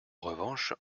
revanche